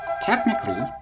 Technically